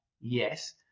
yes